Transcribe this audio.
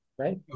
right